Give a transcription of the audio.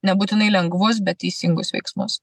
nebūtinai lengvus bet teisingus veiksmus